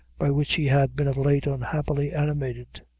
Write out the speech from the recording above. by which he had been of late unhappily animated.